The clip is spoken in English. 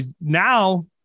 now